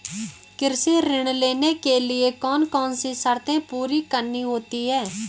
कृषि ऋण लेने के लिए कौन कौन सी शर्तें पूरी करनी होती हैं?